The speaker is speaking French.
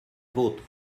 vôtre